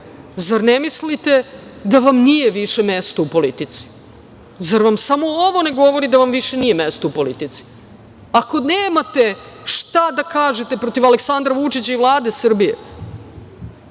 Zar ne mislite da vam nije više mesto u politici? Zar vam samo ovo ne govori da vam više nije mesto u politici. Ako nemate šta da kažete protiv Aleksandra Vučića i Vlade Srbije,